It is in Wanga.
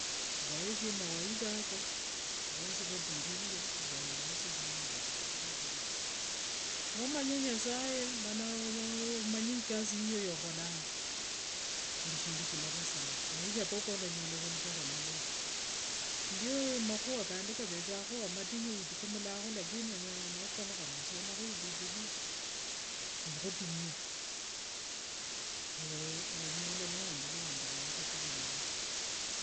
Vayesie mawaidha ako vosi vatirire, vayendelesie vulamu vwavo vuve vulai, nomanya nyasaye mana omanye ikasi yiyo yokholanga maisha koko olanyola saa mnkari amalayi ndio amakhuwa kandi kavethangakhowo matinyu witukumulangakho, lakini nokalukha nosomakho ibibilia nikhutinyia, onyola niwendelea nde maisha nkava malayi.